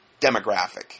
demographic